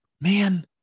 man